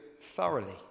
thoroughly